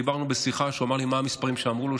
דיברנו ובשיחה הוא אמר לי מה המספרים שאמרו לו,